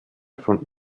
von